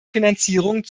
finanzierung